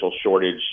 shortage